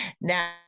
Now